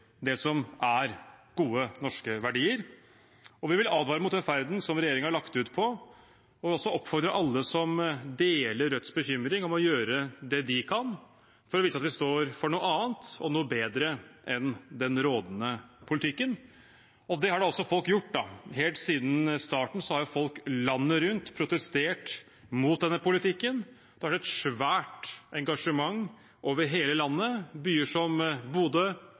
det som er gode, norske verdier. Vi vil advare mot den ferden regjeringen har lagt ut på, og vi vil oppfordre alle som deler Rødts bekymring, om å gjøre det de kan for å vise at vi står for noe annet og bedre enn den rådende politikken. Det har folk også gjort. Helt siden starten har folk landet rundt protestert mot denne politikken. Det har vært et svært engasjement over hele landet. Byer som Bodø,